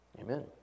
Amen